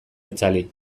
itzali